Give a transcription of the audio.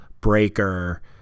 Breaker